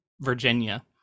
virginia